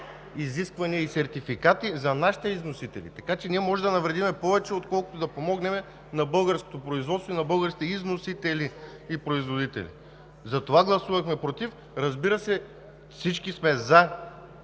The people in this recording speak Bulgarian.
изисквания и сертификати за нашите износители. Така че ние можем да навредим повече, отколкото да помогнем на българското производството и на българските износители и производители. Затова гласувахме против. Разбира се, всички сме за